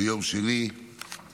ביום שני במליאה.